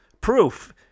Proof